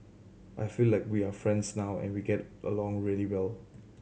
I feel like we are friends now and we get along really well